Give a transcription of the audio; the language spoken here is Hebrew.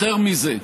יותר מזה,